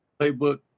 playbook